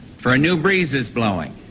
for a new breeze is blowing,